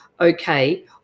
okay